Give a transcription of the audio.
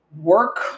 work